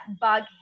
bug